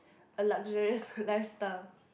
a luxurious lifestyle